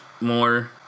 more